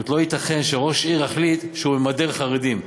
לא ייתכן שראש עיר יחליט שהוא ממדר חרדים.